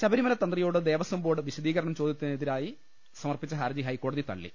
ശബരിമല തന്ത്രിയോട് ദേവസ്വം ബോർഡ് വിശദീകരണം ചോദിച്ചതിനെതിരായി സമർപ്പിച്ച ഹർജി ഹൈക്കോടതി തള്ളി